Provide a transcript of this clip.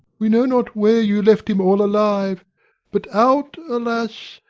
we know not where you left them all alive but, out alas!